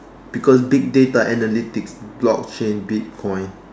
because big data analytics block chain bitcoin